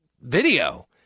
video